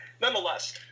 nonetheless